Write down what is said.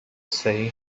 صحیح